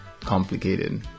complicated